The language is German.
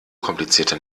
komplizierte